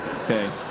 Okay